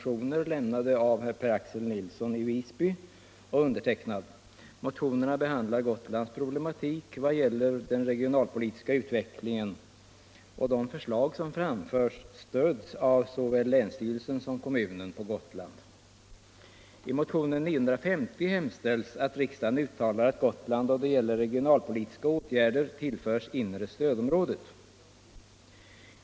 I motionen 950 hemställs att riksdagen uttalar att Gotland då det gäller regionalpolitiska åtgärder tillförs inre stödområdet.